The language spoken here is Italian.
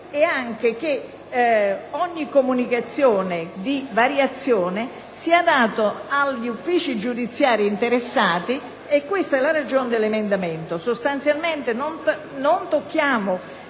fatto che ogni comunicazione di variazione sia data agli uffici giudiziari interessati. Questa è la ragione dell'emendamento: